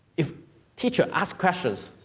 if teacher ask questions,